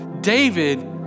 David